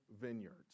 vineyards